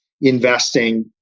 investing